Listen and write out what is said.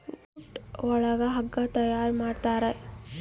jute ಒಳಗ ಹಗ್ಗ ತಯಾರ್ ಮಾಡುತಾರೆ